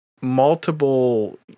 multiple